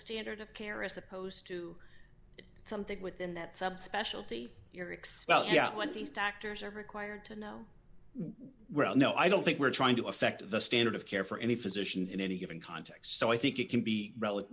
standard of care as opposed to something within that subspecialty you're expelled yeah what these doctors are required to know well no i don't think we're trying to affect the standard of care for any physician in any given context so i think it can be rel